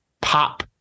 pop